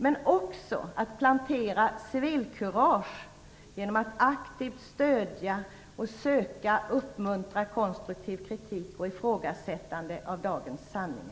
Det gäller också att plantera civilkurage genom att aktivt stödja och söka uppmuntra konstruktiv kritik och ifrågasättande av dagens sanningar